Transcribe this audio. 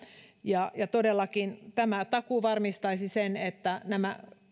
ja ja tämä takuu varmistaisi sen että nämä